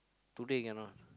today cannot